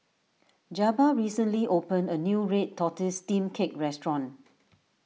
Jabbar recently opened a new Red Tortoise Steamed Cake Restaurant